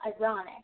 ironic